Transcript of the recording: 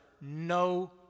no